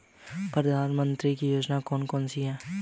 प्रधानमंत्री की योजनाएं कौन कौन सी हैं?